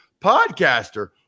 podcaster